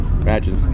Imagine